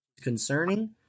concerning